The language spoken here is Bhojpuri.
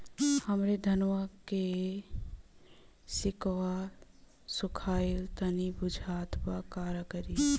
हमरे धनवा के सीक्कउआ सुखइला मतीन बुझात बा का करीं?